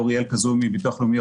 אוריאל כזום מביטוח לאומי,